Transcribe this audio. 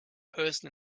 person